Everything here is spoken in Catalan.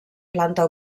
planta